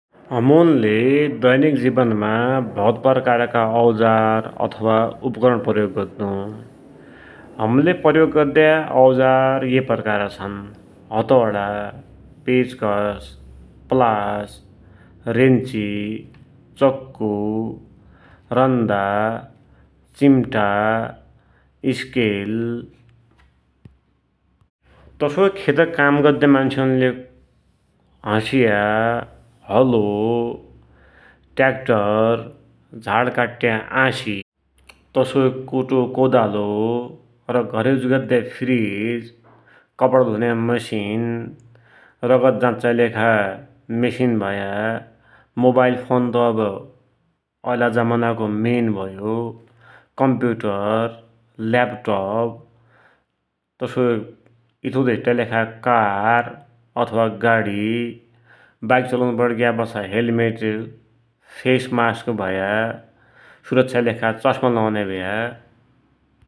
हमुनले दैनिक जिवनमा भौत प्रकारका औजार अथवा उपकरण प्रयोग गद्दुँ । हमले प्रयोग गद्या औजार येइ प्रकारका छन्, हतौडा, पेचकस, प्लास, रेन्ची, चक्कु रन्दा, चिम्टा, स्केल तसोइ खेत गद्या मान्सुनले हसिया, हलो, ट्याक्टर, झाड काट्या आसी, तसोइ कुटो कोदालो, घर युज गद्या फ्रिज, कपडा धुन्या मेसिन, रगत जाच्चाकी लेखा मेसिन भया, मोवाइल फोन त अब एैलका जमानाको मेन भयो, कम्प्युटर, ल्यापटप, तसोइ यथउथ हिट्टाकीलेखा कार, अथवा गाडी, वाइक चलुन पडिग्या हेलमेट, फेसमास्क भया, सुरक्षाकी लेखा चस्मा लौन्या भया ।